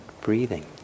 breathing